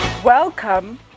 Welcome